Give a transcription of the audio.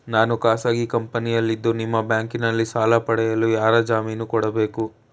ನಾನು ಖಾಸಗಿ ಕಂಪನಿಯಲ್ಲಿದ್ದು ನಿಮ್ಮ ಬ್ಯಾಂಕಿನಲ್ಲಿ ಸಾಲ ಪಡೆಯಲು ಯಾರ ಜಾಮೀನು ಕೊಡಬೇಕು?